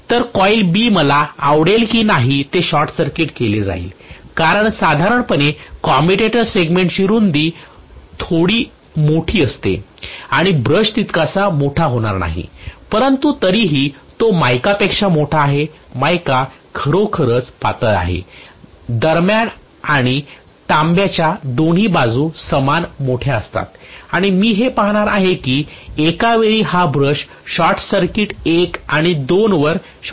तर coil B मला आवडेल की नाही हे शॉर्ट सर्किट केले जाईल कारण साधारणपणे कम्युटेटर सेगमेंटची रुंदी थोडी मोठी असते आणि ब्रश तितका मोठा होणार नाही परंतु तरीही तो मायकापेक्षा मोठे आहे मायका खरोखरच पातळ आहे दरम्यान आणि तांबेच्या दोन्ही बाजू सामान्यत मोठ्या असतात आणि मी हे पाहणार आहे की एका वेळी हा ब्रश शॉर्ट सर्किट 1 आणि 2 वर शॉर्ट सर्किट होईल